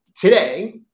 Today